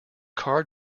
car